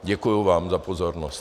Děkuji vám za pozornost.